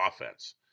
offense